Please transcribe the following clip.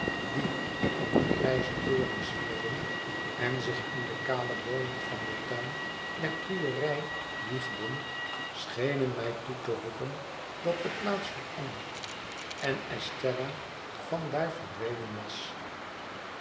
die om den grijzen toren zwierden en zich in de kale boomen van den tuin der priorij wiegden schenen mij toe te roepen dat de plaats veranderd en estella van daar verdwenen was